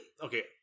okay